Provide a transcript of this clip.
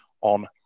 on